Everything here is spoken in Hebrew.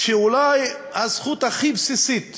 שאולי הזכות הכי בסיסית